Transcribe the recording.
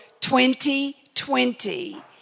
2020